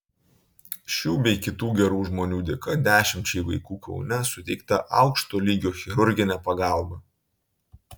šių bei kitų gerų žmonių dėka dešimčiai vaikų kaune suteikta aukšto lygio chirurginė pagalba